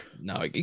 No